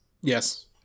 Yes